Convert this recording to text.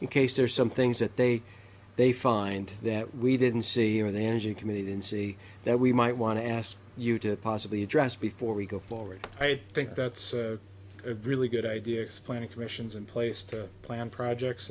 in case there's some things that they they find that we didn't see in the energy committee didn't see that we might want to ask you to possibly address before we go forward i think that's a really good idea explaining commissions and place to plan projects